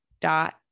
dot